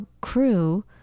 crew